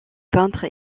peintre